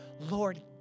Lord